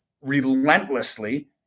relentlessly